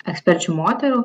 eksperčių moterų